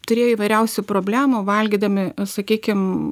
turėjo įvairiausių problemų valgydami sakykim